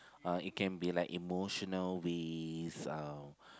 uh it can be like emotional ways uh